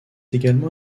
également